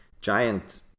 giant